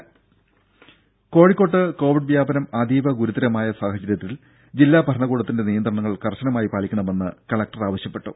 ദര കോഴിക്കോട്ട് കോവിഡ് വ്യാപനം അതീവ ഗുരുതരമായ സാഹചര്യത്തിൽ ജില്ലാ ഭരണകൂടത്തിന്റെ നിയന്ത്രണങ്ങൾ കർശനമായി പാലിക്കണമെന്ന് കലക്ടർ ആവശ്യപ്പെട്ടു